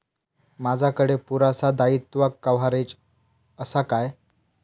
माजाकडे पुरासा दाईत्वा कव्हारेज असा काय?